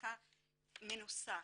התמיכה מנוסח,